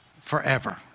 forever